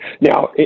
Now